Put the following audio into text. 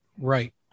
Right